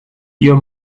your